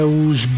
os